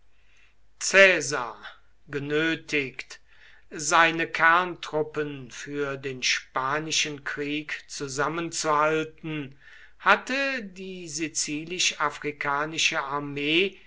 genötigt seine kerntruppen für den spanischen krieg zusammenzuhalten hatte die sizilisch afrikanische armee